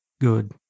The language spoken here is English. good